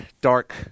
dark